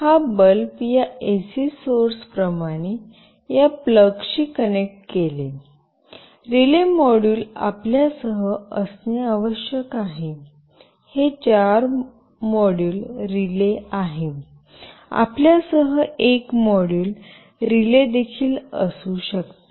हा बल्ब या AC source प्रमाणे या प्लगशी कनेक्ट केले रिले मॉड्यूल आपल्या सह असणे आवश्यक आहे हे चार मॉड्यूल रिले आहे आपल्या सह एक मॉड्यूल रिले देखील असू शकते